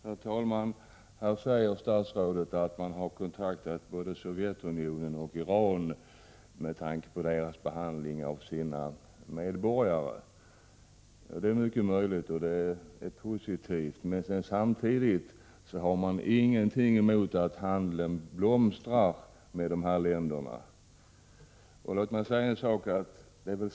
Herr talman! Här säger statsrådet att man har haft kontakt med Sovjetunionen och Iran med anledning av det sätt på vilket de behandlar sina medborgare. Det är mycket möjligt, och det är i så fall positivt. Men samtidigt har man ingenting emot att handeln med dessa länder blomstrar.